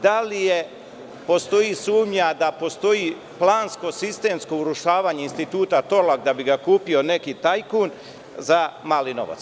Da li postoji sumnja da postoji plansko, sistemsko urušavanje Instituta „Torlak“ da bi ga kupio neki tajkun za mali novac?